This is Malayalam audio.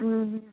ആ